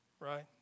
Right